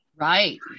right